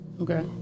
Okay